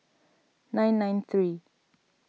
nine nine three